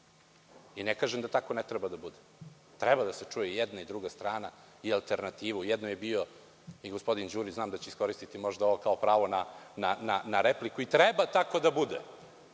Ne kažem da tako ne treba da bude. Treba da se čuje jedna i druga strana, i alternativa. U jednoj je bio i gospodin Đurić, znam da ćete iskoristiti ovo kao pravo na repliku. Treba tako da bude,